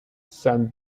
san